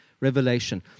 revelation